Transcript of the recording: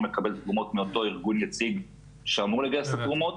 מקבל תרומות מאותו ארגון יציג שאמור לגייס את התרומות.